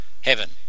heaven